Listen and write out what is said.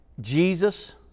Jesus